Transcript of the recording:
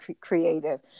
creative